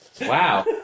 Wow